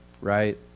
right